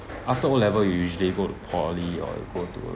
after O level you usually you go to poly or you go to like